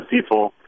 people